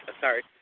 sorry